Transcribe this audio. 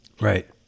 Right